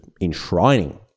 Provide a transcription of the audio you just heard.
enshrining